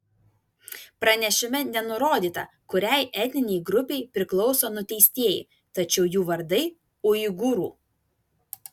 pranešime nenurodyta kuriai etninei grupei priklauso nuteistieji tačiau jų vardai uigūrų